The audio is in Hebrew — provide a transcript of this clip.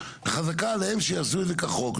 חזקה עליהם שיעשו את זה כחוק,